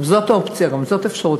גם זאת אופציה, גם זו אפשרות.